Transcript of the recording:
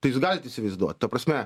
tai jūs galit įsivaizduot ta prasme